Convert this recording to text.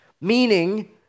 Meaning